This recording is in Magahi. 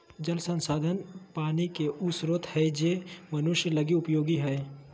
जल संसाधन पानी के उ स्रोत हइ जे मनुष्य लगी उपयोगी हइ